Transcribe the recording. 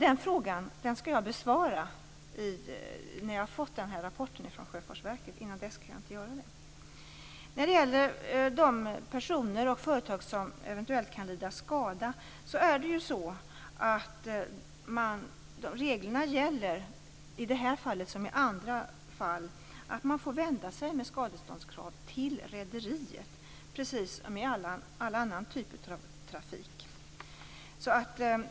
Den frågan skall jag besvara när jag har fått rapporten från Sjöfartsverket. Innan dess kan jag inte göra det. När det gäller de personer och företag som eventuellt kan lida skada är reglerna i detta liksom i andra fall att man får vända sig med skadeståndskrav till rederiet precis som vid annan typ av trafik.